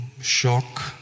shock